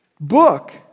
book